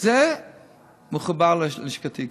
זה כבר מחובר ללשכתי,